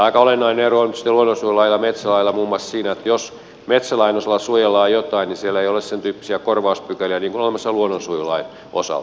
aika olennainen ero on sitten luonnonsuojelulailla ja metsälailla muun muassa siinä että jos metsälain osalla suojellaan jotain niin siellä ei ole sen tyyppisiä korvauspykäliä niin kuin on olemassa luonnonsuojelulain osalta